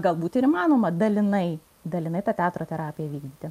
galbūt ir įmanoma dalinai dalinai tą teatro terapiją vykdyti